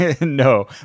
No